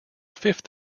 fifth